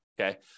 okay